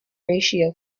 ratio